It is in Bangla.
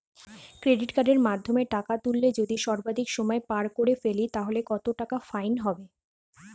ক্রেডিট কার্ডের মাধ্যমে টাকা তুললে যদি সর্বাধিক সময় পার করে ফেলি তাহলে কত টাকা ফাইন হবে?